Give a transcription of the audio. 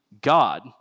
God